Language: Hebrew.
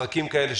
פרקים כאלה,